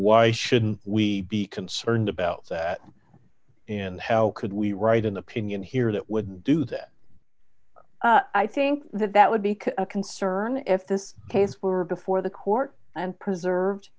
why shouldn't we be concerned about that and how could we write an opinion here that would do that i think that that would be a concern if this case were before the court and preserved